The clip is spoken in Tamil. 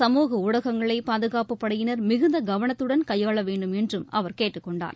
சமூக ஊடகங்களை பாதுகாப்புப் படையினர் மிகுந்த கவனத்துடன் கையாள வேண்டும் என்றும் அவர் கேட்டுக் கொண்டார்